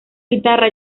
guitarra